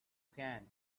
can